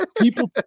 people